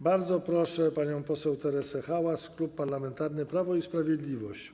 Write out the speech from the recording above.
Bardzo proszę panią poseł Teresę Hałas, Klub Parlamentarny Prawo i Sprawiedliwość.